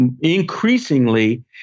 increasingly